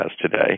today